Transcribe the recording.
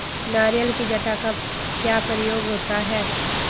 नारियल की जटा का क्या प्रयोग होता है?